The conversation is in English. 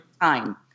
time